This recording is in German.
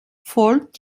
folgt